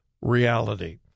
Reality